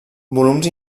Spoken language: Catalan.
volums